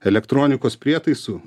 elektronikos prietaisų